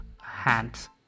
hands